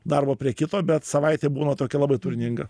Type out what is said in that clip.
darbo prie kito bet savaitė būna tokia labai turininga